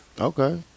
Okay